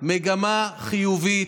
מגמה חיובית,